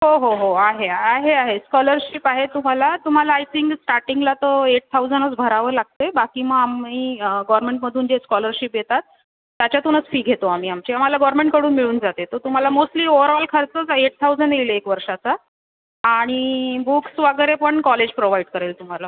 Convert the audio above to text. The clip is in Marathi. हो हो हो आहे आहे आहे स्कॉलरशिप आहे तुम्हाला तुम्हाला आय थिंग स्टार्टिंगला तर एट थाऊजनच भरावं लागते बाकी मग आम्ही गॉअरमेंटमदून जे स्कॉलरशिप देतात त्याच्यातूनच फी घेतो आम्ही आमची आम्हाला गॉअरमेंटकडून मिळून जाते तर तुम्हाला मोस्टली ओव्हरऑल खर्चच आहे एट थाऊजंड येईल एक वर्षाचा आणि बुक्स वगैरे पण कॉलेज प्रोव्हाईड करेल तुम्हाला